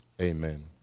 Amen